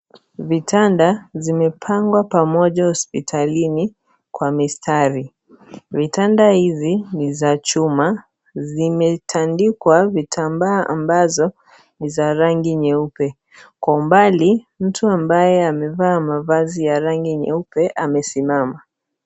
Vitanda zimepangwa pamoja hospitalini kwa mistari. Vitanda hizi ni za chuma. Zimetandikwa vitambaa ambazo ni za rangi nyeupe. Kwa umbali, mtu ambaye amevaa mavazi ya rangi nyeupe amesimama.